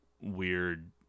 weird